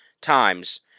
times